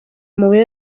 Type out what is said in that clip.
amabuye